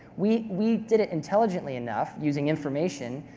we we did it intelligently enough using information